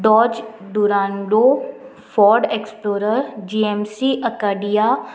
Dodge Durango Ford Explorer G M C Acadia